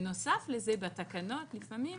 ובנוסף לזה, בתקנות, לפעמים,